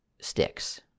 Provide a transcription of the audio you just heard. sticks